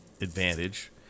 advantage